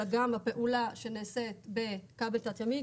אלא גם הפעולה שנעשית בכבל תת ימי,